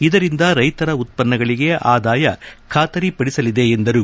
ಇದರಿಂದ ರೈತರ ಉತ್ವನ್ನಗಳಿಗೆ ಆದಾಯ ಖಾತರಿ ಪಡಿಸಲಿದೆ ಎಂದರು